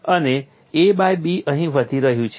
અને A by B અહીં વધી રહ્યું છે